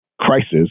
crisis